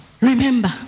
remember